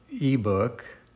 ebook